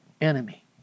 enemy